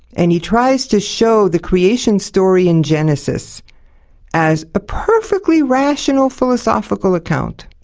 and he tries to show the creation story in genesis as a perfectly rational philosophical account.